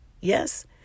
Yes